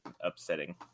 upsetting